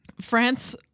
France